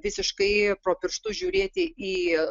visiškai pro pirštus žiūrėti į